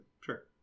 Sure